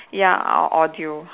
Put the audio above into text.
ya or audio